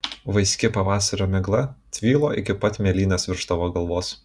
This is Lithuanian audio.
vaiski pavasario migla tvylo iki pat mėlynės virš tavo galvos